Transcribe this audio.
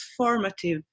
transformative